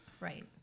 Right